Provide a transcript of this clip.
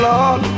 Lord